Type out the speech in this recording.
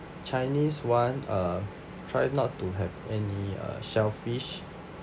chinese one uh try not to have any uh shellfish